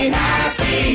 happy